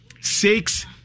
six